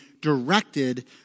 directed